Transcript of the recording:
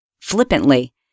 flippantly